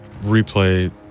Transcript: replay